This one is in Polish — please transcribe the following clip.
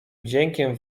wdziękiem